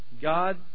God